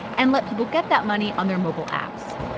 and let people get that money on their mobile apps.